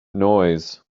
noise